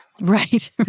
Right